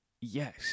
Yes